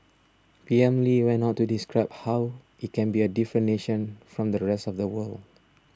P M Lee went on to describe how it can be a different nation from the rest of the world